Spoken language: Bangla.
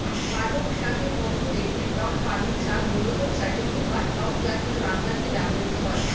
পালংশাকের মতো দেখতে টক পালং শাক মূলত চাটনি বা টক জাতীয় রান্নাতে ব্যবহৃত হয়